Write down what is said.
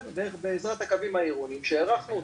בעזרת הקווים העירוניים שתגברנו אותם,